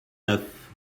neuf